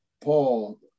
Paul